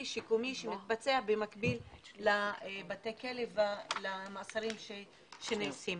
שיקומי שמתבצע במקביל לבתי הכלא ולמעצרים שנערכים.